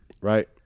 right